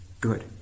good